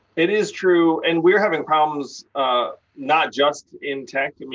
it is true. and we're having problems ah not just in tech. i mean,